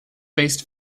faced